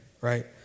right